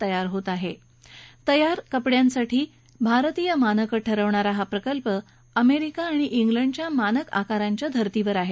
तयार वस्त्रोद्योगासाठी भारतीय मानक ठरवणारा हा प्रकल्प अमेरिका आणि इंग्लंडच्या मानक आकाराच्या धर्तीवर आहे